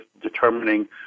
determining